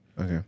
Okay